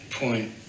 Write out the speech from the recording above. point